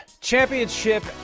championship